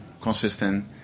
consistent